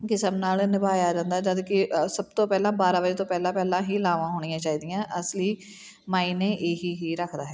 ਕਿਸਮ ਨਾਲ ਨਿਭਾਇਆ ਜਾਂਦਾ ਜਦ ਕਿ ਸਭ ਤੋਂ ਪਹਿਲਾਂ ਬਾਰ੍ਹਾਂ ਵਜੇ ਤੋਂ ਪਹਿਲਾਂ ਪਹਿਲਾਂ ਹੀ ਲਾਵਾਂ ਹੋਣੀਆਂ ਚਾਹੀਦੀਆਂ ਅਸਲੀ ਮਾਈਨੇ ਇਹੀ ਹੀ ਰੱਖਦਾ ਹੈ